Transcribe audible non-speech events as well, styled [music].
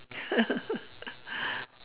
[laughs]